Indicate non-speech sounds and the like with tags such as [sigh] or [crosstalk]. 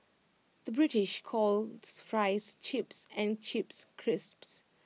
[noise] the British calls Fries Chips and Chips Crisps